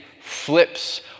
flips